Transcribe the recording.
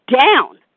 down